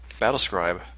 Battlescribe